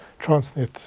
transnet